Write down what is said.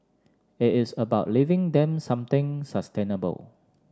it is about leaving them something sustainable